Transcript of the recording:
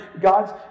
God's